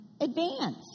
Advance